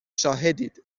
شاهدید